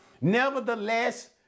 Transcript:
Nevertheless